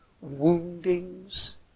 woundings